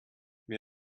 mir